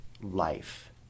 life